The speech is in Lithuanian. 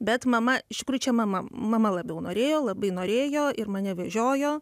bet mama iš tikrųjų čia mama mama labiau norėjo labai norėjo ir mane vežiojo